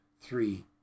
three